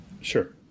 Sure